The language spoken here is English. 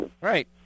Right